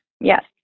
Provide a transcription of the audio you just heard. Yes